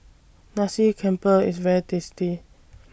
Nasi Campur IS very tasty